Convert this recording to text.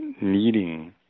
needing